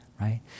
right